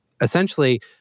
essentially